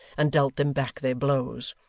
and dealt them back their blows.